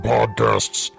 Podcasts